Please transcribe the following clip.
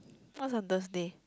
what's on Thursday